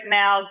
now